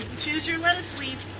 choose your lettuce leaf!